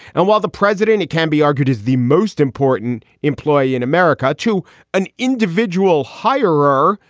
and while the president, it can be argued, is the most important employee in america to an individual hirer,